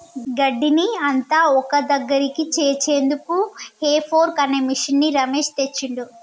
గడ్డిని అంత ఒక్కదగ్గరికి చేర్చేందుకు హే ఫోర్క్ అనే మిషిన్ని రమేష్ తెచ్చిండు